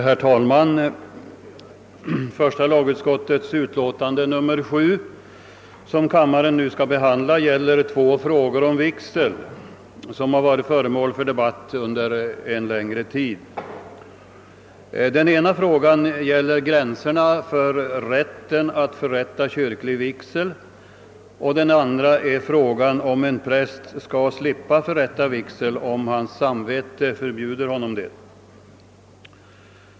Herr talman! Första lagutskottets utlåtande nr 7, som kammaren nu skall behandla, omfattar två frågor om vigsel som varit föremål för debatt under en längre tid. Den ena frågan gäller betingelserna för rätten att förrätta kyrklig vigsel, och den andra avser huruvida en präst skall slippa förrätta vig sel om hans samvete förbjuder honom det.